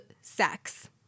sex